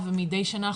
"קולמילה" ומידי שנה,